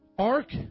ark